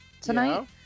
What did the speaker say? tonight